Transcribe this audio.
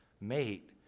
mate